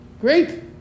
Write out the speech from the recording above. Great